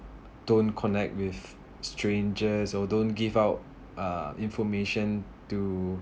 don't connect with strangers or don't give out uh information to